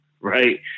right